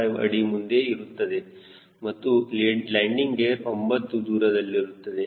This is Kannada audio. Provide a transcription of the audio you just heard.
5 ಅಡಿ ಮುಂದೆ ಇರುತ್ತದೆ ಮತ್ತು ಲ್ಯಾಂಡಿಂಗ್ ಗೇರ್ 9 ದೂರದಲ್ಲಿರುತ್ತದೆ